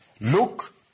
Look